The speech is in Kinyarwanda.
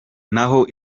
naho